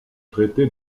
traité